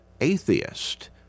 atheist